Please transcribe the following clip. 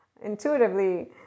intuitively